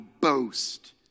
boast